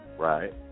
Right